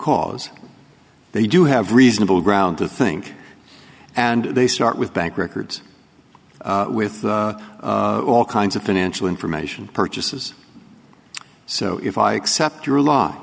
cause they do have reasonable grounds to think and they start with bank records with all kinds of financial information purchases so if i accept your law